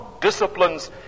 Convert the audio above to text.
disciplines